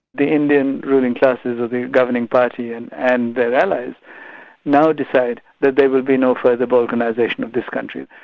the indian ruling classes of the governing party and and their allies now decide that there will be no further balkanisation of this country.